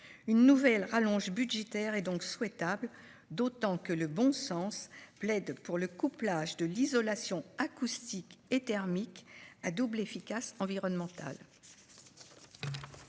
Une nouvelle rallonge budgétaire est donc souhaitable, d'autant que le bon sens plaide pour le couplage de l'isolation acoustique et thermique, à double efficacité environnementale.